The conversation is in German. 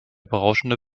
berauschende